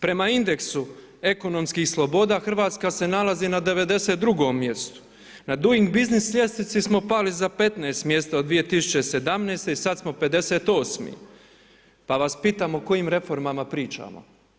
Prema indeksu ekonomskih sloboda, Hrvatska se nalazi na 92. mjestu, na Doing biznis ljestvici smo pali za 15 mjesta od 2017. i sad smo 58., pa vas pitamo o kojim reformama pričamo?